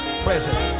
present